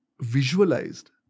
visualized